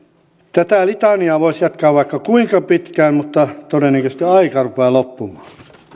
tätä litaniaa voisi jatkaa vaikka kuinka pitkään mutta todennäköisesti aika rupeaa loppumaan